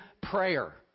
prayer